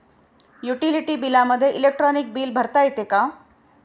Utility बिलामध्ये electronic bill भरता येते का?